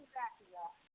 फूल दए दियै